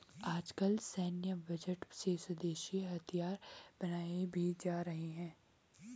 आजकल सैन्य बजट से स्वदेशी हथियार बनाये भी जा रहे हैं